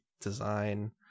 design